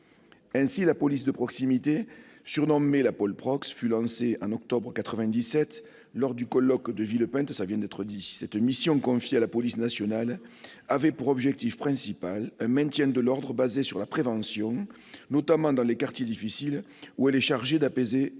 La police de proximité, surnommée la « polprox », fut lancée en octobre 1997 lors du colloque de Villepinte. Cette mission confiée à la police nationale avait pour objectif principal un maintien de l'ordre basé sur la prévention, notamment dans les quartiers difficiles où elle était chargée d'apaiser les tensions